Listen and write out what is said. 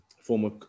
former